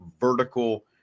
vertical